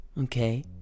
okay